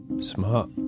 Smart